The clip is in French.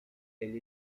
elle